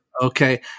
okay